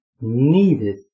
needed